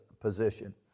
position